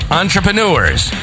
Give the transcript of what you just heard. entrepreneurs